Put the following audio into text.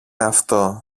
αυτό